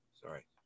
sorry